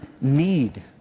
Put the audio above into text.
need